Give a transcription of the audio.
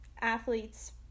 athletes –